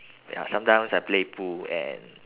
ya sometimes I play pool and